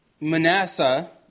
Manasseh